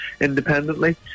independently